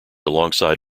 alongside